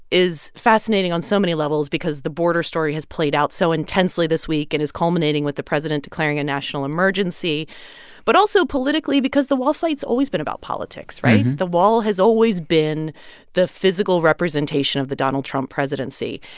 is fascinating on so many levels because the border story has played out so intensely this week and is culminating with the president declaring a national emergency but also politically because the wall fight's always been about politics, right? the wall has always been the physical representation of the donald trump presidency.